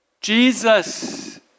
Jesus